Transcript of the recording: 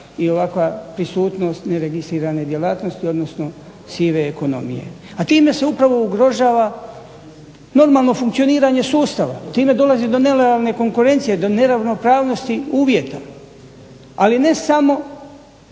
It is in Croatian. i ovakva prisutnost neregistrirane djelatnosti, odnosno sive ekonomije. A time se upravo ugrožava normalno funkcioniranje sustava, time dolazi do nelojalne konkurencije, do neravnopravnosti uvjeta. Ali, ne samo